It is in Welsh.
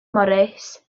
morris